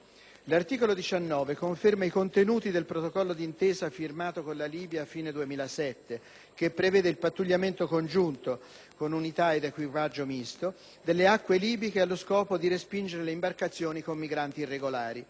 L'articolo 19 conferma i contenuti del Protocollo d'intesa firmato con la Libia a fine 2007, che prevede il pattugliamento congiunto - con unità ad equipaggio misto - delle acque libiche allo scopo di respingere le imbarcazioni con migranti irregolari.